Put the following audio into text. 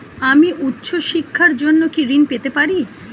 আমি উচ্চশিক্ষার জন্য কি ঋণ পেতে পারি?